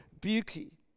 beauty